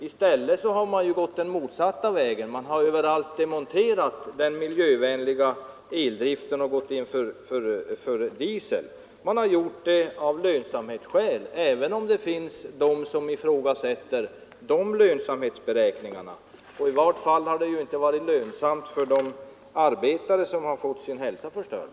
I stället har man gått den motsatta vägen och överallt demonterat den miljövänliga eldriften och i stället gått in för dieseldrift. Detta har man gjort av lönsamhetsskäl, även om det finns folk som ifrågasätter lönsamhetsberäkningarna. — I varje fall har det ju inte varit lönsamt för de arbetare som har fått sin hälsa förstörd!